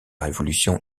révolution